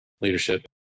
leadership